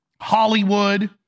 Hollywood